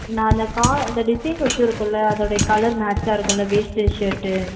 நான் அந்த அந்த டிசைன் வச்சியிருக்குல்ல அதோடைய கலர் மேட்சாக இருக்குல்ல வேஷ்டி ஷார்ட்டு